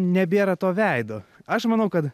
nebėra to veido aš manau kad